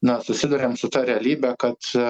na susiduriam su ta realybe kad